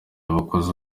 abakozi